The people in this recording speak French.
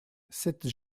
cette